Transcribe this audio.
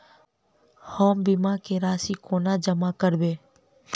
हम बीमा केँ राशि कोना जमा करबै?